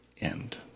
end